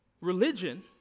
Religion